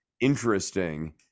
interesting